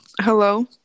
Hello